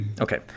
okay